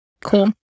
cool